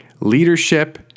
Leadership